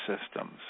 systems